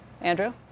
Andrew